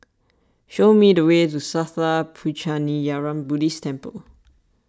show me the way to Sattha Puchaniyaram Buddhist Temple